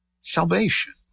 salvation